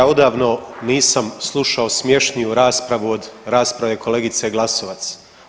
Ja odavno nisam slušao smješniju raspravu od rasprave kolegice Glasovac.